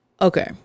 Okay